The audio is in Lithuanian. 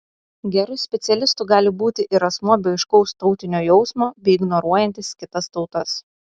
geru specialistu gali būti ir asmuo be aiškaus tautinio jausmo bei ignoruojantis kitas tautas